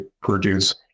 produce